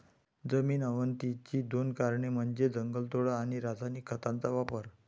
जमीन अवनतीची दोन कारणे म्हणजे जंगलतोड आणि रासायनिक खतांचा अतिवापर